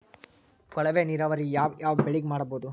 ಕೊಳವೆ ನೀರಾವರಿ ಯಾವ್ ಯಾವ್ ಬೆಳಿಗ ಮಾಡಬಹುದು?